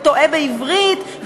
וטועה בעברית,